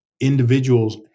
individuals